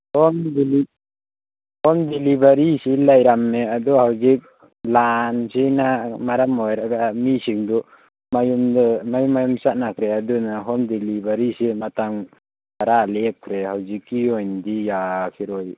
home ꯗꯦꯂꯤꯚꯔꯤꯁꯤ ꯂꯩꯔꯝꯃꯦ ꯑꯗꯣ ꯍꯧꯖꯤꯛ ꯂꯥꯟꯁꯤꯅ ꯃꯔꯝ ꯑꯣꯏꯔꯒ ꯃꯤꯁꯤꯡꯗꯨ ꯃꯌꯨꯝꯗ ꯃꯌꯨꯝ ꯃꯌꯨꯝ ꯆꯠꯅꯈ꯭ꯔꯦ ꯑꯗꯨꯅ ꯍꯣꯝ ꯗꯦꯂꯤꯚꯔꯤꯁꯤ ꯃꯇꯝ ꯈꯔ ꯂꯦꯞꯈ꯭ꯔꯦ ꯍꯧꯖꯤꯛꯀꯤ ꯑꯣꯏꯅꯗꯤ ꯌꯥꯈꯤꯔꯣꯏ